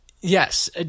yes